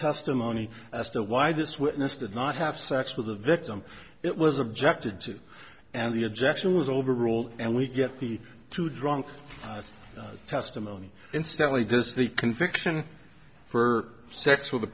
testimony as to why this witness did not have sex with the victim it was objected to and the objection was overruled and we get the two drunk testimony instantly does the conviction for sex with a